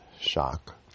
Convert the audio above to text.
shock